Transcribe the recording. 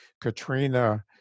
Katrina